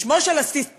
בשמו של הסטטיסטיקן,